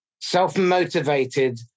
self-motivated